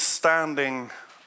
standing